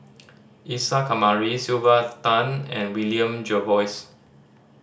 Isa Kamari Sylvia Tan and William Jervois